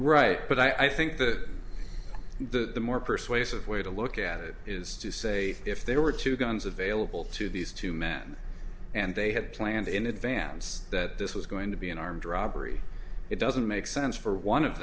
right but i think that the more persuasive way to look at it is to say if there were two guns available to these two men and they had planned in advance that this was going to be an armed robbery it doesn't make sense for one of